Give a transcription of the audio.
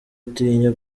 utinya